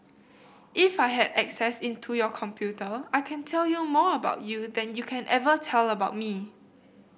if I had access into your computer I can tell you more about you than you can ever tell about me